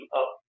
up